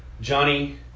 Johnny